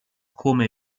come